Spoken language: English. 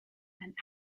and